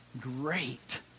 Great